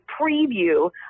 preview